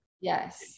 Yes